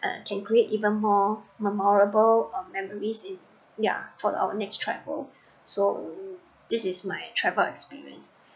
uh can create even more memorable um memories in yeah for our next travel so this is my travel experience